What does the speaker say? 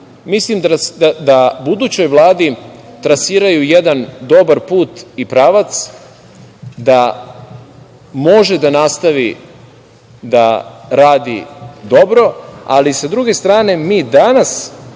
mislim da budućoj Vladi trasiraju jedan dobar put i pravac da može da nastavi da radi dobro, ali, sa druge strane mi danas